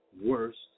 worst